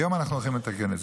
היום אנחנו הולכים לתקן את זה.